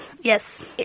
Yes